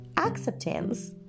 Acceptance